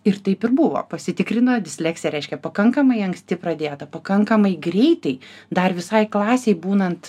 ir taip ir buvo pasitikrino disleksija reiškia pakankamai anksti pradėta pakankamai greitai dar visai klasei būnant